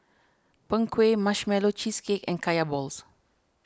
Png Kueh Marshmallow Cheesecake and Kaya Balls